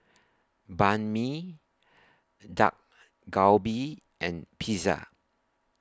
Banh MI Dak Galbi and Pizza